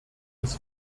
des